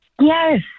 Yes